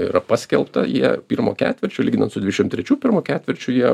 yra paskelbta jie pirmo ketvirčio lyginant su dvidešimt trečių pirmu ketvirčiu jie